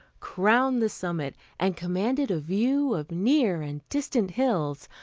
crowned the summit and commanded a view of near and distant hills,